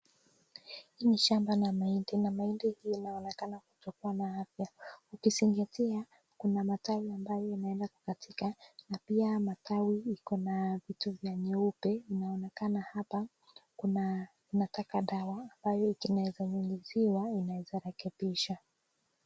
Hii ni shamba la mahindi na mahindi zinaonekana kutokuwa na afya ukizingatia kuna matawi ambayo inaenda kukatika na pia matawi iko na vitu vya nyeupe inaonekana hapa kuna inataka dawa ambayo inaweza nyunyiziwa inaweza rekebisha.